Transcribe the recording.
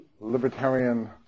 libertarian